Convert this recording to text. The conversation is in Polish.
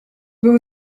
był